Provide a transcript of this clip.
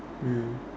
mm